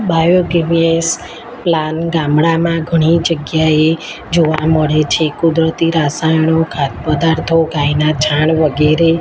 bio ગેવિએસ plant ગામડામાં ઘણી જગ્યાએ જોવા મળે છે કુદરતી રસાયણો ખાદ્ય પદાર્થો ગાયના છાણ વગેરે